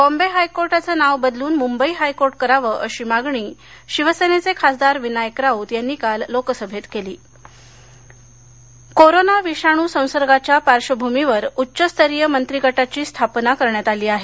बॉम्बे हायकोर्टाचं नाव बदलून मुंबई हायकोर्ट करावं अशी मागणी शिवसेनेचे खासदार विनायक राऊत यांनी काल लोकसभेत केली कोरोना कोरोना विषाणू संसर्गाच्या पार्श्वभूमीवर उच्चस्तरीय मंत्रिगटाची स्थापना करण्यात आली आहे